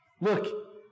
Look